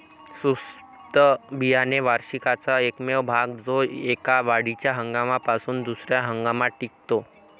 सुप्त बियाणे वार्षिकाचा एकमेव भाग जो एका वाढीच्या हंगामापासून दुसर्या हंगामात टिकतो